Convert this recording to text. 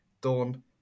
Dawn